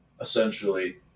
essentially